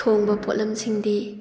ꯊꯣꯡꯕ ꯄꯣꯠꯂꯝꯁꯤꯡꯗꯤ